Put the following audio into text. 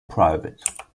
private